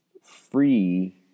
free